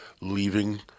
leaving